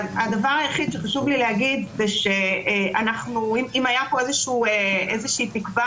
הדבר היחיד שחשוב לי להגיד זה שאם הייתה פה איזושהי תקווה